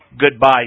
goodbye